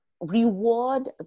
reward